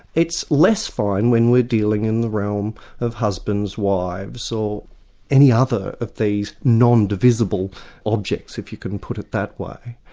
it's less fine when we're dealing in the realm of husbands, wives or so any other of these non-divisible objects, if you can put it that way.